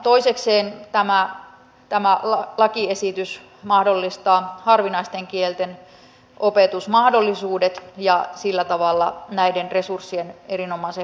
toisekseen tämä lakiesitys mahdollistaa harvinaisten kielten opetusmahdollisuudet ja sillä tavalla näiden resurssien erinomaisen hyödyntämisen